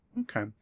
Okay